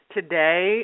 Today